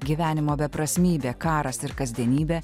gyvenimo beprasmybė karas ir kasdienybė